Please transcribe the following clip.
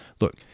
look